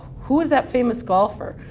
who is that famous golfer,